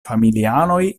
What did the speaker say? familianoj